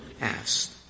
asked